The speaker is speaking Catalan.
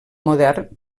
modern